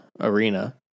arena